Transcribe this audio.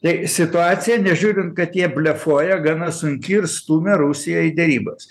tai situacija nežiūrint kad jie blefuoja gana sunki ir stumia rusiją į derybas